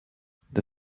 the